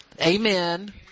amen